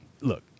Look